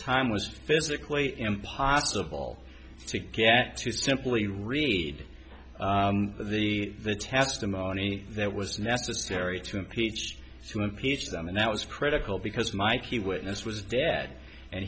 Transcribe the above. time was physically impossible to get to simply read the testimony that was necessary to impeach to impeach them and that was critical because my key witness was dag and